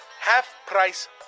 half-price